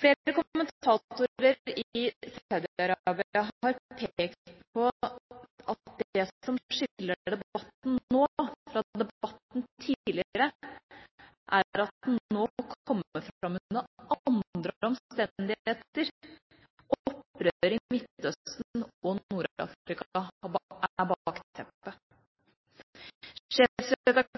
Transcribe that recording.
Flere kommentatorer i Saudi-Arabia har pekt på at det som skiller debatten nå fra debatten tidligere, er at den nå kommer fram under andre omstendigheter – opprøret i Midtøsten og Nord-Afrika er